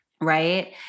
Right